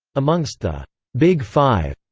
amongst the big five,